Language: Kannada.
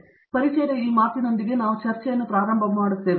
ಆದ್ದರಿಂದ ಪರಿಚಯದ ಈ ಮಾತಿನೊಂದಿಗೆ ಈ ಚರ್ಚೆಯನ್ನು ನಾವು ಪ್ರಾರಂಭ ಮಾಡುತ್ತಿದ್ದೇವೆ